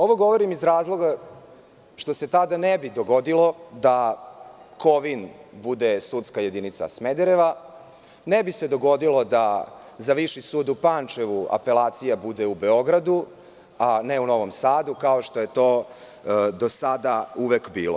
Ovo govorim iz razloga što se tada ne bi dogodilo da Kovin bude sudska jedinica Smedereva, ne bi se dogodilo da za Viši sud u Pančevu, da apelacija bude u Beogradu, a ne u Novom Sadu, kao što je to do sada bilo.